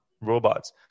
robots